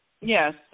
Yes